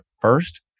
first